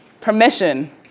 Permission